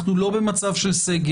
אנחנו לא במצב של סגר,